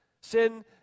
Sin